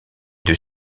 deux